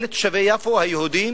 אלה תושבי יפו היהודים,